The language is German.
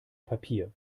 papier